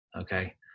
okay